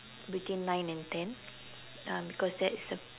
between nine and ten um because that is the